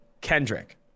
Kendrick